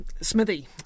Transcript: Smithy